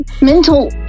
mental